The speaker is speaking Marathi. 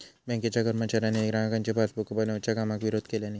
बँकेच्या कर्मचाऱ्यांनी ग्राहकांची पासबुका बनवच्या कामाक विरोध केल्यानी